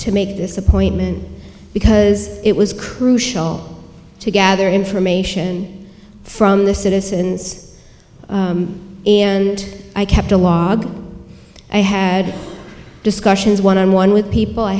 to make this appointment because it was crucial to gather information from the citizens and i kept a log i had discussions one on one with people i